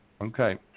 okay